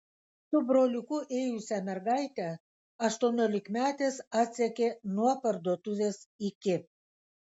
su broliuku ėjusią mergaitę aštuoniolikmetės atsekė nuo parduotuvės iki